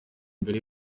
imbere